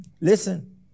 Listen